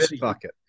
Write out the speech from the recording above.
bucket